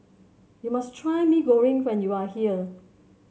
you must try Mee Goreng when you are here